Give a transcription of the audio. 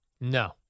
No